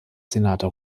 senator